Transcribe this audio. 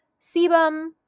sebum